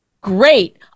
great